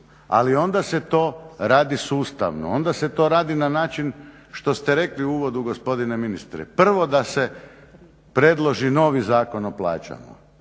ali onda se to radi sustavno, onda se to radi na način što ste rekli u uvodu gospodine ministre, prvo da se predloži novi Zakon o plaćama.